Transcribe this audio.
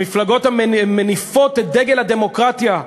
המפלגות המניפות את דגל הדמוקרטיה,